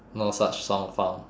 no such song found